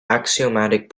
axiomatic